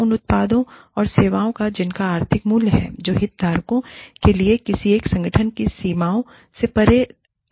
उन उत्पादों और सेवाओं का जिनका आर्थिक मूल्य है जो हितधारकों के लिए किसी एक संगठन की सीमाओं से परे लाभकारी हैं